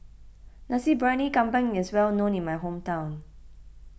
Nasi Briyani Kambing is well known in my hometown